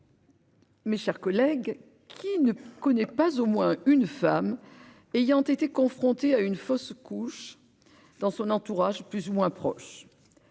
mes chers collègues, qui ne connaît pas au moins une femme ayant été confrontée à une fausse couche dans son entourage plus ou moins proche ?